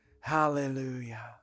hallelujah